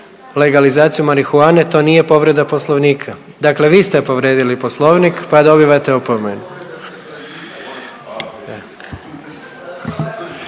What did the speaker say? legalizaciju marihuane, to nije povreda Poslovnika. Dakle vi ste povrijedili Poslovnik pa dobivate opomenu.